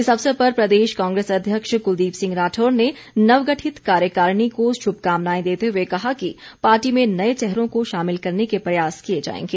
इस अवसर पर प्रदेश कांग्रेस अध्यक्ष कुलदीप सिंह राठौर ने नवगठित कार्यकारिणी को शुभकामनाएं देते हुए कहा कि पार्टी में नए चेहरों को शामिल करने के प्रयास किए जाएंगे